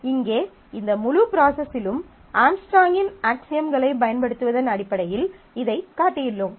இங்கே இந்த முழு ப்ராசஸிலும் ஆம்ஸ்ட்ராங்கின் அக்சியம்ஸ்களைப் பயன்படுத்துவதன் அடிப்படையில் இதைக் காட்டியுள்ளோம்